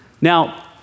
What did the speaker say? Now